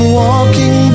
walking